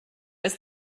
was